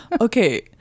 okay